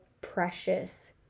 precious